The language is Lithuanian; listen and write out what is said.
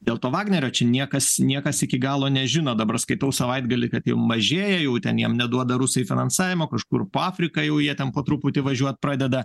dėl to vagnerio čia niekas niekas iki galo nežino dabar skaitau savaitgalį kad jau mažėja jau ten jam neduoda rusai finansavimo kažkur po afriką jau jie ten po truputį važiuot pradeda